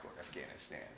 Afghanistan